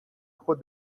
خود